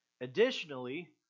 Additionally